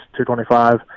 225